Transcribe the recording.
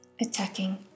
Attacking